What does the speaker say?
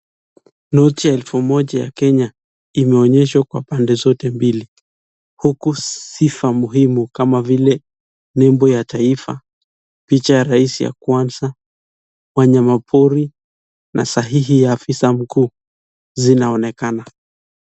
Noti ya elfu moja ya Kenya, imeonyeshwa kwa pande zote mbili. Huku sifa muhimu kama vile nebo ya taifa, picha ya rais ya kwanza, wanyamapori, na sahihi ya afisa mkuu, zinaonekana.